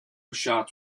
shots